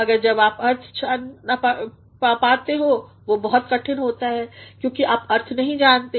मगर जब आप अर्थ जान पाते हो बहुत कठिन भी होता है क्योंकि आप अर्थ नहीं जानते